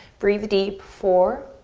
breathe deep, four.